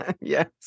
Yes